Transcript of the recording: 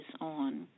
on